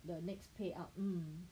the next payout